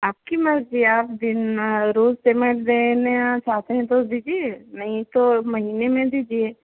आपकी मर्ज़ी आप दिन रोज पेमेन्ट देने आ पाते हैं तो दीजिए नहीं तो महीने में दीजिए